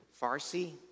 Farsi